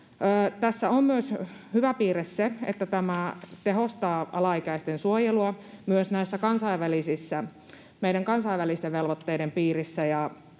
hyvä piirre, että tämä tehostaa alaikäisten suojelua myös meidän kansainvälisten velvoitteiden piirissä.